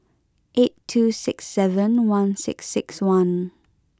eight two six seven one six six one